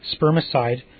spermicide